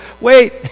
wait